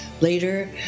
later